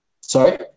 Sorry